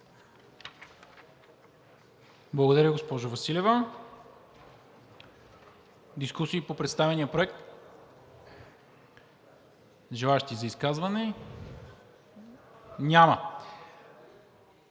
Благодаря, госпожо Василева. Дискусия по представения проект? Желаещи за изказване? Няма.